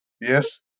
Yes